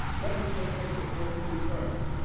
let me just take the first two terms.